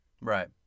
Right